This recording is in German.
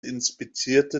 inspizierte